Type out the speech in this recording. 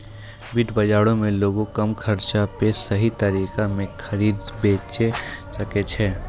वित्त बजारो मे लोगें कम खर्चा पे सही तरिका से खरीदे बेचै सकै छै